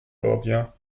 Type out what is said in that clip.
copia